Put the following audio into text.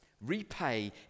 Repay